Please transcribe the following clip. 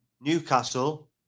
Newcastle